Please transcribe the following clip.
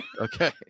Okay